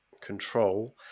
control